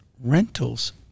rentals